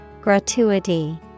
Gratuity